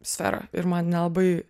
sfera ir man nelabai